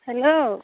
hello